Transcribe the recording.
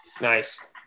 Nice